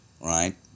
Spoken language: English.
right